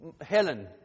Helen